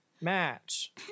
match